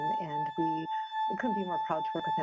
and we and couldn't be more proud to work with him.